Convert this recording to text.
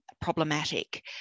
problematic